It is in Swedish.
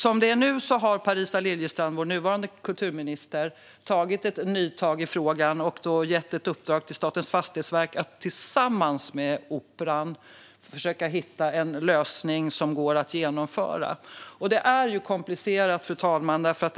Som det är nu har Parisa Liljestrand, vår nuvarande kulturminister, gjort ett nytag i frågan och gett ett uppdrag till Statens fastighetsverk att tillsammans med Operan försöka hitta en lösning som går att genomföra. Det här är komplicerat.